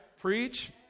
Preach